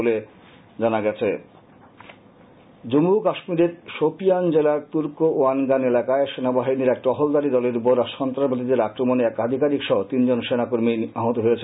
অম্ম ও কাশ্মীর জম্মু ও কাশ্মীরের শোপিয়ান জেলার তুর্কওয়ানগান এলাকায় সেনাবাহিনীর এক টহলদারী দলের উপর সন্ত্রাসবাদীদের আক্রমণে এক আধিকারিক সহ তিন সেনাকর্মী আহত হয়েছেন